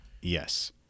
Yes